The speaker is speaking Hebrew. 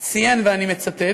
ציין, ואני מצטט: